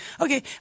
okay